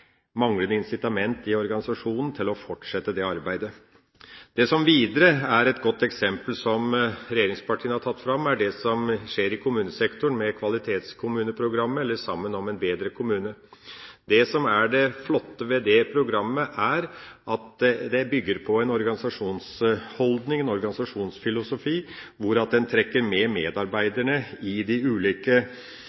manglende incitament i organisasjonen til å fortsette det arbeidet. Det som videre er et godt eksempel, og som regjeringspartiene har tatt fram, er det som skjer i kommunesektoren med kvalitetskommuneprogrammet Sammen om en bedre kommune. Det som er det flotte ved det programmet, er at det bygger på en organisasjonsholdning, en organisasjonsfilosofi, som trekker med